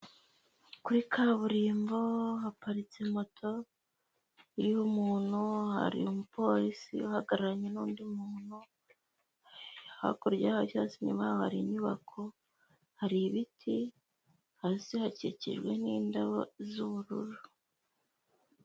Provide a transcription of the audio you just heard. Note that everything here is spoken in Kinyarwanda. Kuri kaburimbo haparitse moto iriho umuntu, hari umupolisi uhagararanye n'undi muntu, hakurya hari ibyatsi, inyuma yaho hari inyubako, hari ibiti, hasi hakikijwe n'indabo z'ubururu.